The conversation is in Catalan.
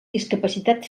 discapacitat